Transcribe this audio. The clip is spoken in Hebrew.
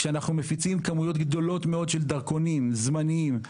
כשאנחנו מפיצים כמויות גדולות מאוד של דרכונים זמניים,